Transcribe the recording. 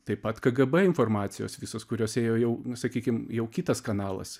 taip pat kgb informacijos visos kurios ėjo jau nu sakykim jau kitas kanalas